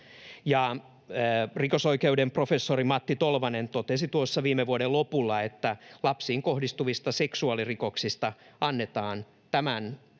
Rikosoikeuden professori Matti Tolvanen totesi tuossa viime vuoden lopulla, että lapsiin kohdistuvista seksuaalirikoksista annetaan tämän